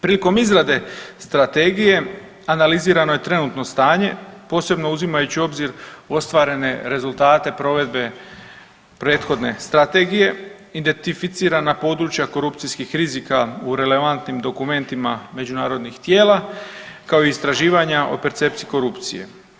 Prilikom izrade Strategije analizirano je trenutno stanje, posebno uzimajući u obzir ostvarene rezultate provedbe prethodne Strategije, identificirana područja korupcijskih rizika u relevantnim dokumentima međunarodnih tijela, kao i istraživanja o percepciji korupcije.